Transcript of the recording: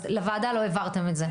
אז לוועדה לא העברתם את זה.